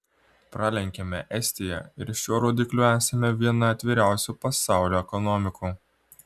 pralenkėme estiją ir šiuo rodikliu esame viena atviriausių pasaulių ekonomikų